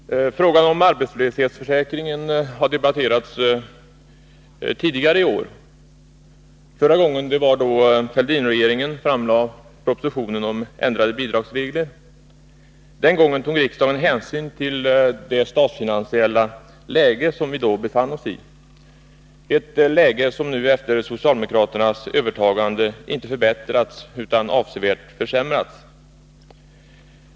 Herr talman! Frågan om arbetslöshetsförsäkringen har debatterats tidigare i år. Senast skedde det när Fälldinregeringen framlade propositionen om ändrade bidragsregler. Den gången tog riksdagen hänsyn till det statsfinansiella läge som vi då befann oss i, ett läge som efter socialdemokraternas övertagande av regeringsmakten inte har förbättrats, utan avsevärt försämrats.